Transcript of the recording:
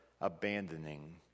abandoning